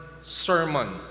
sermon